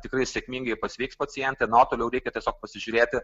tikrai sėkmingai pasveiks pacientė nu o toliau reikia tiesiog pasižiūrėti